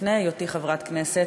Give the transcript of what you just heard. לפני היותי חברת כנסת,